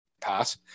pass